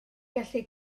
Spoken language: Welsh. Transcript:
gallu